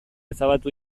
ezabatu